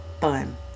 fun